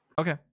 Okay